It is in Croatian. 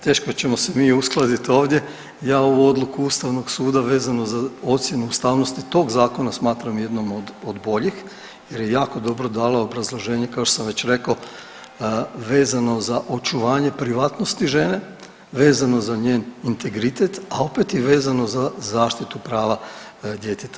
Teško ćemo se mi uskladit ovdje, ja ovu odluku Ustavnog suda vezano za ocjenu ustavnosti tog zakona smatram jednom od boljih jer je jako dobro dalo obrazloženje kao što sam već rekao vezano za očuvanje privatnosti žene, vezano za njen integritet, a opet je vezano za zaštitu prava djeteta.